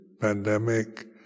pandemic